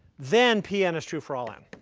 then p n is true for all n.